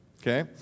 okay